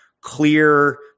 clear